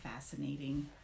fascinating